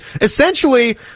Essentially